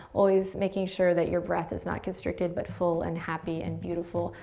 always making sure that your breath is not constricted, but full, and happy, and beautiful,